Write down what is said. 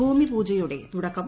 ഭൂമിപൂജയോടെ തുടക്കം